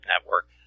Network